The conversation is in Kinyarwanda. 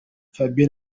fabien